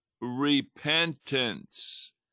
repentance